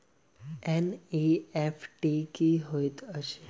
NEFT की होइत अछि?